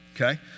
okay